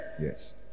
Yes